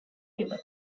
river